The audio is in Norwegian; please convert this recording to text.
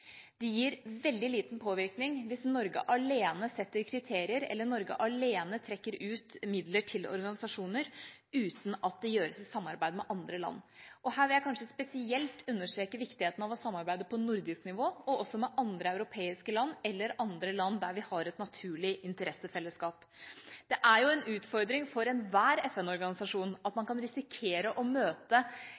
setter kriterier, eller Norge alene trekker ut midler til organisasjoner, uten at det gjøres i samarbeid med andre land. Her vil jeg kanskje spesielt understreke viktigheten av å samarbeide på nordisk nivå, og også med andre europeiske land eller andre land der vi har et naturlig interessefellesskap. Det er en utfordring for enhver FN-organisasjon at man kan risikere å møte